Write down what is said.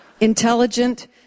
Intelligent